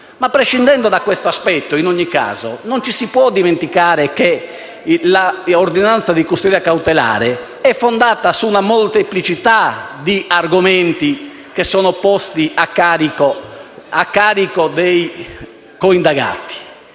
Prescindendo da questo aspetto, non ci si può dimenticare che l'ordinanza di custodia cautelare è fondata su una molteplicità di argomenti posti a carico dei coindagati.